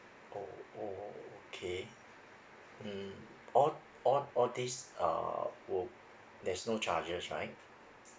oo oh okay mm all all all these uh will there's no charges right